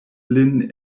lin